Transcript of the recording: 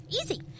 Easy